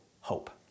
hope